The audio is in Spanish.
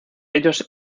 ellos